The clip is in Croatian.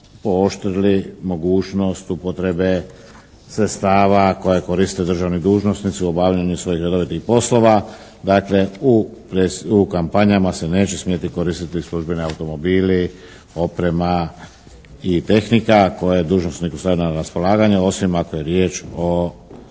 pooštrili mogućnost upotrebe sredstava koje koriste državni dužnosnici u obavljanju svojih redovitih poslova. Dakle, u kampanjama se neće smjeti koristiti službeni automobili, oprema i tehnika koja je dužnosniku stavljena na raspolaganje, osim ako je riječ o